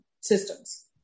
systems